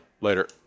later